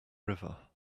river